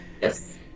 Yes